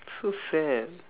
so sad